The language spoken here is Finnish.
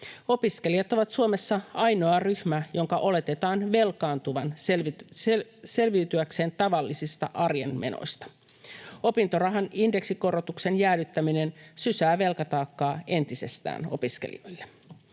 Opiskelijat ovat Suomessa ainoa ryhmä, jonka oletetaan velkaantuvan selviytyäkseen tavallisista arjen menoista. Opintorahan indeksikorotuksen jäädyttäminen sysää velkataakkaa entisestään opiskelijoille.